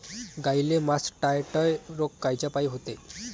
गाईले मासटायटय रोग कायच्यापाई होते?